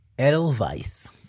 Edelweiss